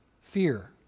fear